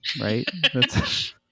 right